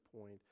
point